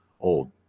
old